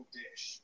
dish